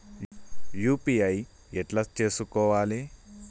UPI ఎట్లా చేసుకోవాలి?